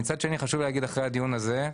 מצד שני חשוב להגיד, אחרי הדיון הזה,